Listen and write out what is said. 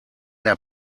der